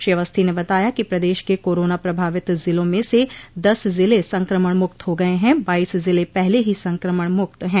श्री अवस्थी ने बताया कि प्रदेश के कोरोना प्रभावित जिलों में से दस जिले संक्रमण मुक्त हो गये हैं बाईस जिले पहले ही संक्रमण मुक्त है